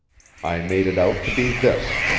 i made it out to be this